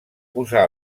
posà